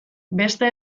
beste